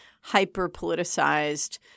hyper-politicized